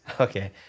Okay